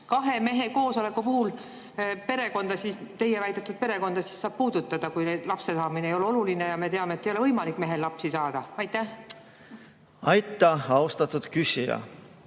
kahe mehe koos oleku puhul perekonda – teie väidetud perekonda – saab puudutada, kui lapse saamine ei ole oluline ja me teame, et ei ole võimalik mehel lapsi saada? Aitäh, austatud küsija!